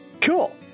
Cool